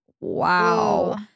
Wow